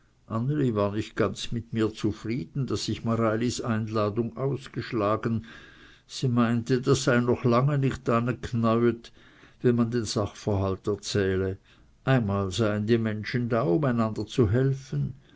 war nicht ganz mit mir zufrieden daß ich mareilis einladung ausgeschlagen sie meinte das sei noch lange nicht ane gchneuet wenn man den sachverhalt erzähle einmal seien die menschen da um einander zu helfen